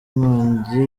inkongi